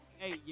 Hey